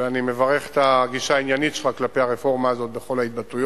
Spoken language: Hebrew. ואני מברך על הגישה העניינית שלך כלפי הרפורמה הזאת בכל ההתבטאויות,